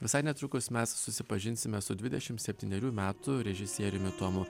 visai netrukus mes susipažinsime su dvidešim septynerių metų režisieriumi tomu